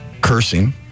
cursing